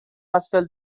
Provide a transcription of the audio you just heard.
astfel